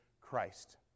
Christ